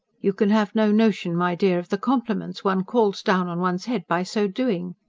you can have no notion, my dear, of the compliments one calls down on one's head by so doing.